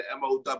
MOW